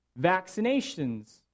Vaccinations